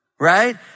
right